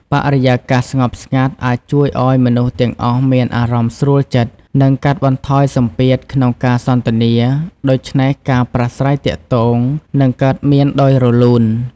បរិយាកាសស្ងប់ស្ងាត់ អាចជួយឲ្យមនុស្សទាំងអស់មានអារម្មណ៍ស្រួលចិត្ត និងកាត់បន្ថយសម្ពាធក្នុងការសន្ទនា ដូច្នេះការប្រាស្រ័យទាក់ទងនឹងកើតមានដោយរលូន។